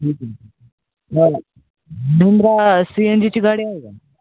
C N जीची गाडी आहे का